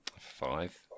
Five